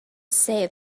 save